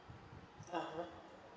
(uh huh)